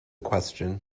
question